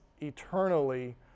eternally